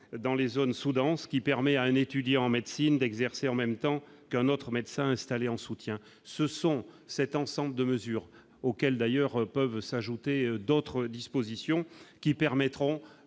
dans les zones sous-denses qui permet à un étudiant en médecine d'exercer en même temps qu'un autre médecin installé en soutien, ce sont, cet ensemble de mesures auxquelles d'ailleurs peuvent s'ajouter d'autres dispositions qui permettront